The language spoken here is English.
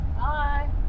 Bye